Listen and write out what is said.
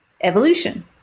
evolution